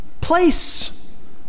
place